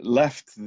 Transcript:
left